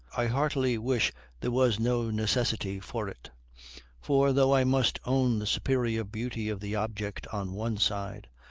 i heartily wish there was no necessity for it for, though i must own the superior beauty of the object on one side,